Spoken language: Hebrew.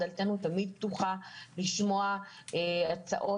דלתנו תמיד פתוחה לשמוע הצעות.